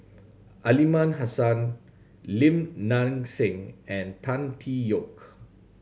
Aliman Hassan Lim Nang Seng and Tan Tee Yoke